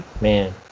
Man